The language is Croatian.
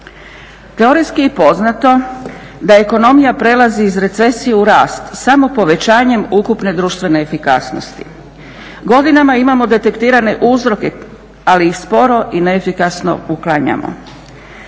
Teorijski je poznato da ekonomija prelazi iz recesije u rast samo povećanjem ukupne društvene efikasnosti. Godinama imamo detektirane uzroke, ali ih sporo i neefikasno uklanjamo.